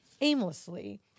aimlessly